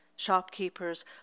Shopkeepers